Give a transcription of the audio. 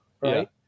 right